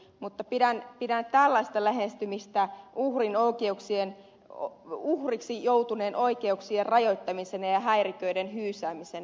mutta pidän tällaista lähestymistä uhriksi joutuneen oikeuksien rajoittamisena ja häiriköiden hyysäämisenä